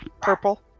purple